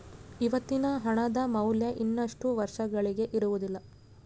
ಇವತ್ತಿನ ಹಣದ ಮೌಲ್ಯ ಇನ್ನಷ್ಟು ವರ್ಷಗಳಿಗೆ ಇರುವುದಿಲ್ಲ